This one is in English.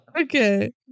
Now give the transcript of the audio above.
okay